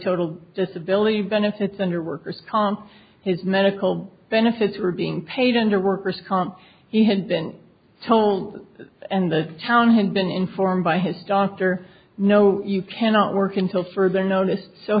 total disability benefits under workers comp his medical benefits were being paid under workers comp he had been told and the town had been informed by his doctor no you cannot work until further notice so